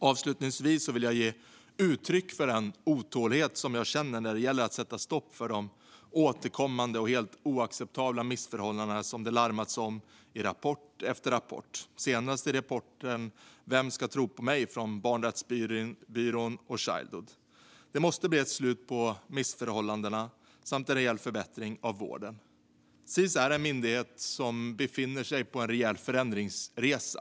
Avslutningsvis vill jag ge uttryck för den otålighet som jag känner när det gäller att sätta stopp för de återkommande och helt oacceptabla missförhållanden som det larmats om i rapport efter rapport, senast i rapporten Vem ska tro på mig ? från Barnrättsbyrån och Childhood. Det måste bli ett slut på missförhållanden samt ske en rejäl förbättring av vården. Sis är en myndighet som befinner sig på en rejäl förändringsresa.